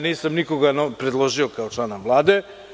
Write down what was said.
Nisam novom nikog predložio kao člana Vlade.